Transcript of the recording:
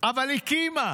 לחלוטין, אבל הקימה.